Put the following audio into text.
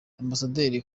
ambasaderi